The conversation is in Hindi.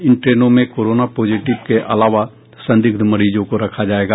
इन ट्रेनों में कोरोना पॉजिटिव के अलावा संदिग्ध मरीजों को रखा जायेगा